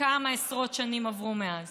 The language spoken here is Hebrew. כמה עשרות שנים עברו מאז